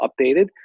updated